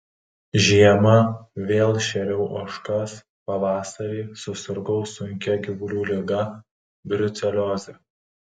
žiemą vėl šėriau ožkas pavasarį susirgau sunkia gyvulių liga brucelioze